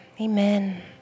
amen